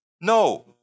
No